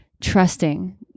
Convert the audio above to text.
trusting